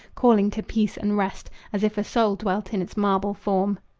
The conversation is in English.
calling to peace and rest, as if a soul dwelt in its marble form.